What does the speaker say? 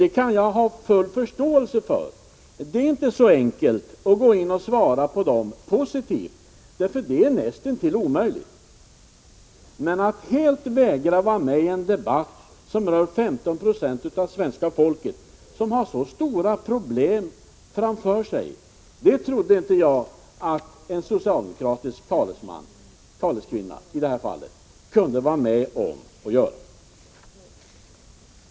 Det kan jag ha full förståelse för. Det är inte så enkelt att gå in och svara på mina frågor positivt — det är näst intill omöjligt. Men att helt vägra att vara med i en debatt som rör 15 96 av svenska folket, som har så stora problem framför sig, det trodde jag inte att en socialdemokratisk talesman — eller i det här fallet en taleskvinna — kunde vara med om.